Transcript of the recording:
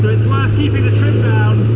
keeping the trim down